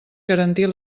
garantir